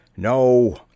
No